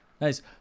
Nice